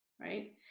right